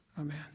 Amen